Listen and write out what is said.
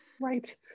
Right